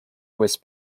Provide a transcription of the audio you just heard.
with